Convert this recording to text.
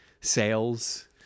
sales